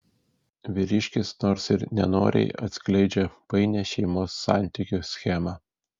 vyriškis nors ir nenoriai atskleidžia painią šeimos santykių schemą